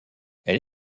elle